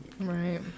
Right